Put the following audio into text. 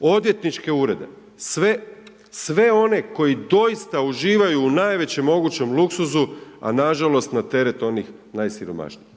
odvjetničke urede, sve one koji doista uživaju u najvećem mogućem luksuzu a nažalost na teret onih najsiromašnijih.